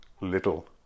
little